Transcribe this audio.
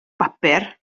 bapur